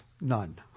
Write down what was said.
none